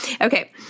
Okay